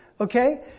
Okay